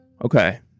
Okay